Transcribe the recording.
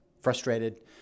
frustrated